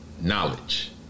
knowledge